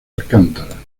alcántara